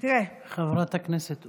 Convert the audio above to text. חברת הכנסת אורית,